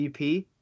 EP